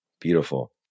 Beautiful